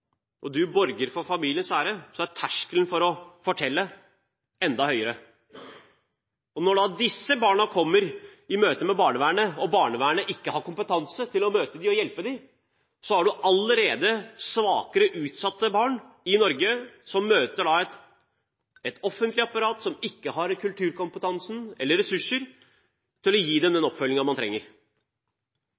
og man borger for familiens ære – er terskelen for å fortelle enda høyere. Når disse barna møter barnevernet, og barnevernet ikke har kompetanse til å møte dem og hjelpe dem, har man allerede svakere, utsatte barn i Norge som møter et offentlig apparat som verken har kulturkompetanse eller ressurser til å gi dem den oppfølgingen de trenger.